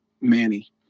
manny